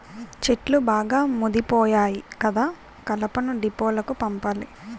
చెట్లు బాగా ముదిపోయాయి కదా కలపను డీపోలకు పంపాలి